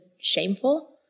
shameful